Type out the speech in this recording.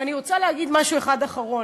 אני רוצה להגיד משהו אחד אחרון,